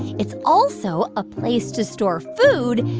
it's also a place to store food,